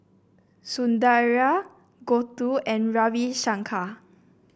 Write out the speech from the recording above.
Sundaraiah Gouthu and Ravi Shankar